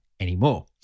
anymore